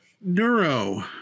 Neuro